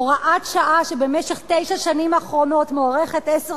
הוראת שעה שבמשך תשע השנים האחרונות מוארכת עשר